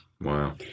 Wow